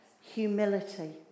humility